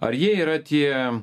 ar jie yra tie